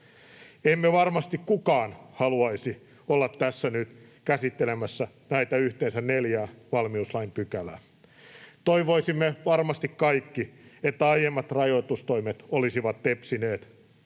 Emme varmasti kukaan haluaisi olla tässä nyt käsittelemässä näitä yhteensä neljää valmiuslain pykälää. Toivoisimme varmasti kaikki, että aiemmat rajoitustoimet olisivat tepsineet.